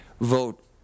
vote